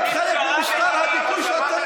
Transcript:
להיות חלק ממשטר הדיכוי שכאילו אתם